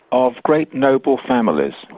of great noble families.